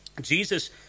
Jesus